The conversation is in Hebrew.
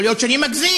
יכול להיות שאני מגזים,